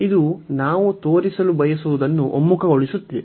ಇದು ನಾವು ತೋರಿಸಲು ಬಯಸುವುದನ್ನು ಒಮ್ಮುಖಗೊಳಿಸುತ್ತದೆ